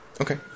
Okay